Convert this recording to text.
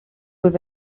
with